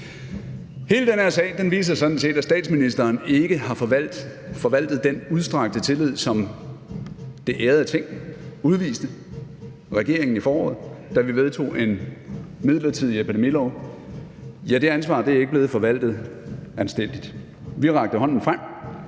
Hele den her sag viser sådan set, at statsministeren ikke har forvaltet den udstrakte tillid, som det ærede Ting udviste regeringen i foråret, da vi vedtog en midlertidig epidemilov. Det ansvar er ikke blevet forvaltet anstændigt. Vi rakte hånden frem.